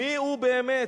מי הוא באמת.